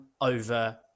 over